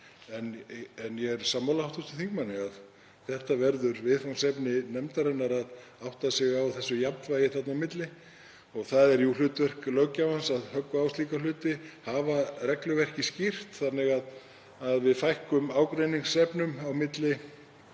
En ég er sammála hv. þingmanni að það verður viðfangsefni nefndarinnar að átta sig á jafnvæginu þarna á milli. Það er jú hlutverk löggjafans að höggva á slíka hluti, hafa regluverkið skýrt þannig að við fækkum ágreiningsefnum á milli